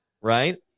right